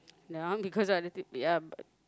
that one because but